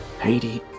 Haiti